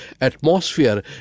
atmosphere